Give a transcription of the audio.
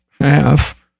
half